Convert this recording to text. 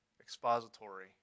expository